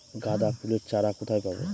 গাঁদা ফুলের চারা কোথায় পাবো?